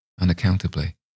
unaccountably